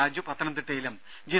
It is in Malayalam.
രാജു പത്തനംതിട്ടയിലും ജി